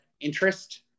interest